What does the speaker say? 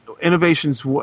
Innovations